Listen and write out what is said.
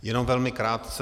Jenom velmi krátce.